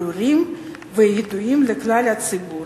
ברורים וידועים לכלל הציבור,